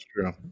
true